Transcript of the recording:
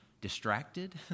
distracted